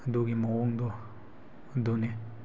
ꯑꯗꯨꯒꯤ ꯃꯑꯣꯡꯗꯣ ꯑꯗꯨꯅꯦ